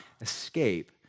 escape